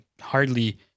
hardly